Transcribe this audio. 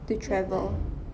to travel